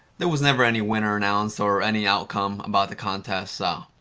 there was never any winner announced or any outcome about the contest so,